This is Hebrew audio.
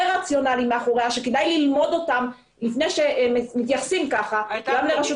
רציונאלים שכדאי ללמוד אותם לפני שמתייחסים כך גם לרשות